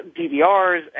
DVRs